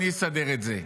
אני אסדר את זה.